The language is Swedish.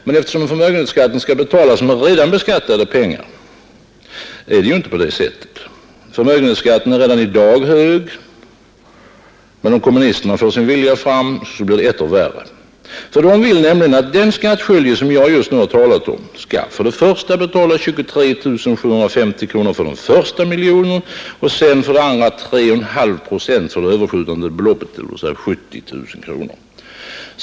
Men eftersom förmögenhetsskatten skall betalas med redan beskattade pengar, är det inte på det sättet. Förmögenhetsskatten är redan i dag hög. Men om kommunisterna får sin vilja fram, blir det etter värre. De vill nämligen att den skattskyldige, som jag just nu har talat om, skall betala för det första 23 750 kronor för den första miljonen och för det andra 3,5 procent för det överskjutande beloppet, dvs. 70 000 kronor.